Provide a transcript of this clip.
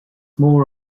mór